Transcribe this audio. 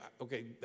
okay